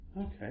Okay